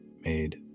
made